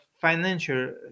financial